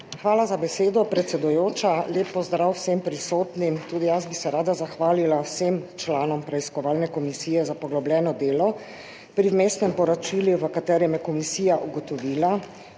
Hvala za besedo, predsedujoča. Lep pozdrav vsem prisotnim! Tudi jaz bi se rada zahvalila vsem članom preiskovalne komisije za poglobljeno delo pri vmesnem poročilu, v katerem je komisija ugotovila,